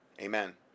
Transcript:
Amen